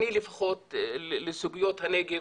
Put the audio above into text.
אני לפחות לסוגיות הנגב